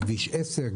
כביש 10,